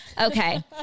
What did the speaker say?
Okay